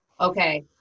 Okay